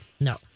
no